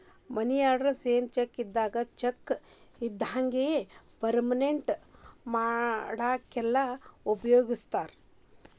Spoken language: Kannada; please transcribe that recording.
ಮನಿ ಆರ್ಡರ್ ಸೇಮ್ ಚೆಕ್ ಇದ್ದಂಗೆ ಪೇಮೆಂಟ್ ಮಾಡಾಕೆಲ್ಲ ಉಪಯೋಗಿಸ್ತಾರ